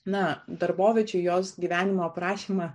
na darboviečių jos gyvenimo aprašyme